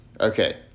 Okay